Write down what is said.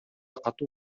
катуу